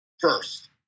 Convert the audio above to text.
first